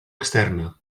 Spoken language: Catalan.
externa